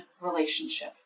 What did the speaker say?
relationship